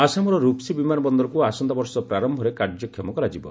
ଆସାମର ରୁପ୍ସୀ ବିମାନ ବନ୍ଦରକୁ ଆସନ୍ତା ବର୍ଷ ପ୍ରାରମ୍ଭରେ କାର୍ଯ୍ୟକ୍ଷମ କରାଯିବ